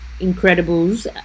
Incredibles